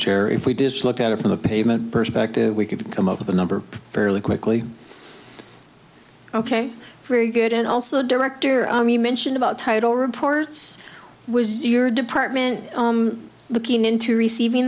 chair if we did look at it from the pavement perspective we could come up with a number fairly quickly ok very good and also director i mean mention about title reports was your department looking into receiving